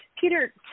Peter